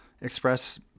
express